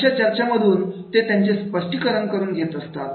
अशा चर्चांमधून ते त्यांचे स्पष्टीकरण करून घेत असतात